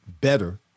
better